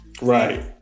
right